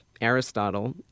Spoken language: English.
Aristotle